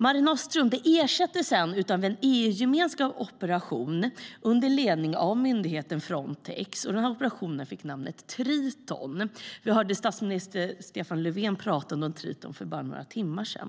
Mare Nostrum ersattes av en EU-gemensam operation under ledning av myndigheten Frontex. Operationen fick namnet Triton - statsminister Stefan Löfven talade om Triton för bara några timmar sedan.